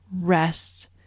Rest